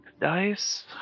dice